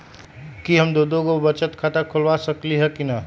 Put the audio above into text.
कि हम दो दो गो बचत खाता खोलबा सकली ह की न?